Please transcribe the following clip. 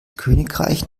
königreich